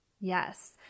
Yes